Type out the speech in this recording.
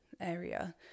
area